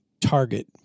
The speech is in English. target